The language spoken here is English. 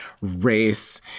race